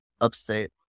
Upstate